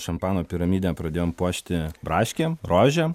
šampano piramidę pradėjom puošti braškėm rožėm